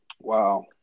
wow